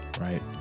right